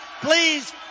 please